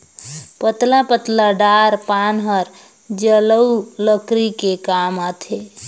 पतला पतला डार पान हर जलऊ लकरी के काम आथे